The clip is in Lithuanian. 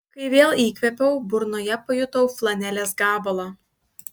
kai vėl įkvėpiau burnoje pajutau flanelės gabalą